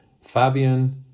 Fabian